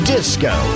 Disco